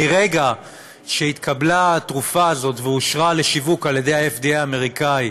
מרגע שהתקבלה התרופה הזאת ואושרה לשיווק על ידי ה-FDA האמריקני,